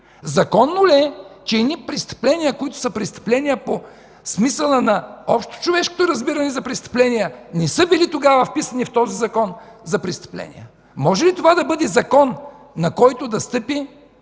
Законно ли е, че едни престъпления, които са престъпления по смисъла на общочовешкото разбиране за престъпления, не са били писани тогава в този Закон за престъпления? Може ли това да бъде закон, на който да стъпи